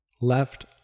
left